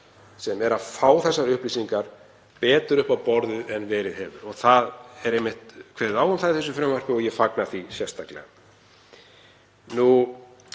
á að fá þessar upplýsingar betur upp á borðið en verið hefur. Það er einmitt kveðið á um það í þessu frumvarpi og ég fagna því sérstaklega.